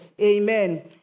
amen